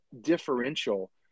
differential